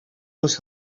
oes